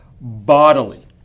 bodily